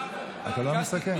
לא מסכם?